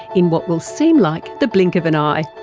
in what will seem like the blink of an eye